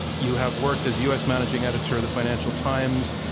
you have worked as u. s. managing editor of the financial times,